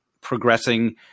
progressing